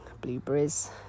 blueberries